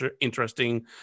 interesting